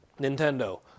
Nintendo